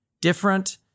different